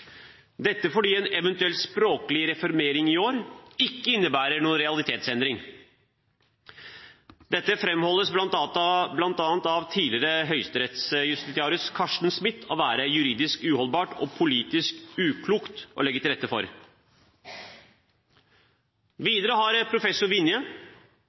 dette fordi en eventuell språklig reformering i år ikke innebærer noen realitetsendring. Dette framholdes bl.a. av tidligere høyesterettsjustitiarius Carsten Smith å være juridisk uholdbart og politisk uklokt å legge til rette for.